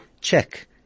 Check